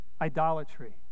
idolatry